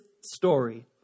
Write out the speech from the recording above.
story